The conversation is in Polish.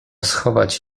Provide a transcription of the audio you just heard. schować